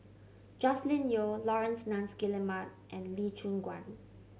Joscelin Yeo Laurence Nunns Guillemard and Lee Choon Guan